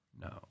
No